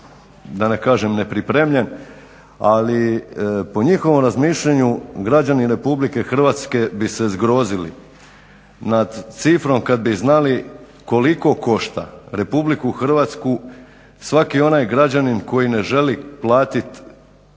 da ne kažem nepripremljen, ali po njihovom razmišljanju građani RH bi se zgrozili nad cifrom kad bi znali koliko košta RH svaki onaj građanin koji ne želi platit